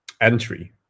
entry